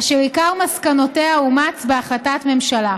אשר עיקר מסקנותיה אומץ בהחלטת ממשלה.